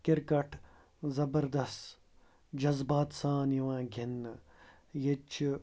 cricket زبردَس جَذبات سان یِوان گِںٛدنہٕ ییٚتہِ چھِ